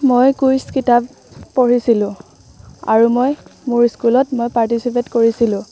মই কুইজ কিতাপ পঢ়িছিলোঁ আৰু মই মোৰ স্কুলত মই পাৰ্টিচিপেট কৰিছিলোঁ